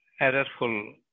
errorful